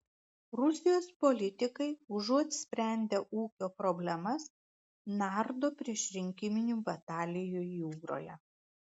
rusijos politikai užuot sprendę ūkio problemas nardo priešrinkiminių batalijų jūroje